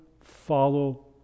follow